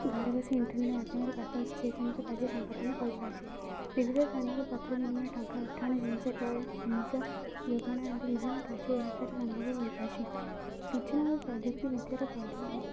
ଘରେ ବସି ଇଣ୍ଟରନେଟ୍ ମାଧ୍ୟମରେ ପାଖାପାଖି ସେହି ସମସ୍ତ କାର୍ଯ୍ୟ ସମ୍ପାଦାନ କରିପାରଚି ବିଭିଧ ସ୍ଥାନକୁ ପତ୍ର ବିନିମୟ ଟଙ୍କା ଉଠାଣ ଜିନିଷ ଜିନିଷ ଯୋଗାଣ ଯନ୍ତି ବିଭିନ୍ନ କାର୍ଯ୍ୟ ଏହା ଦ୍ୱାରା ସମ୍ଭବ ହୋଇପାରିଛିି ସୂଚନା ଓ ପ୍ରଯୁକ୍ତି ବିଦ୍ୟାର ପ୍ରଭାବ